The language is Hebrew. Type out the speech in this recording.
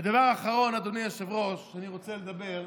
ודבר אחרון, אדוני היושב-ראש, אני רוצה לדבר,